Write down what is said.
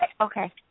Okay